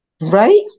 Right